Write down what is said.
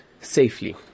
safely